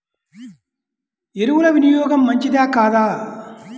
ఎరువుల వినియోగం మంచిదా కాదా?